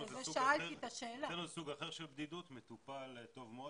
אצלנו זה סוג אחר של בדידות, מטופל טוב מאוד.